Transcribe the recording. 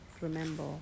Remember